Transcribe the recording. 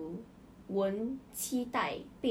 is like 我跟你这样 close